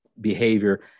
behavior